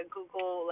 Google